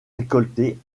récoltée